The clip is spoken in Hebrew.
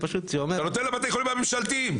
אתה נותן לבתי החולים הממשלתיים.